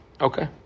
Okay